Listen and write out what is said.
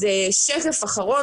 הנושא האחרון